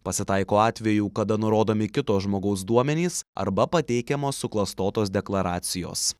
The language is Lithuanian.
pasitaiko atvejų kada nurodomi kito žmogaus duomenys arba pateikiamos suklastotos deklaracijos